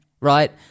right